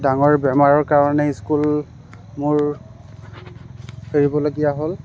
ডাঙৰ বেমাৰৰ কাৰণে স্কুল মোৰ এৰিবলগীয়া হ'ল